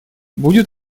будет